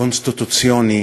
קונסטיטוציוני